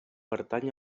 pertany